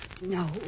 No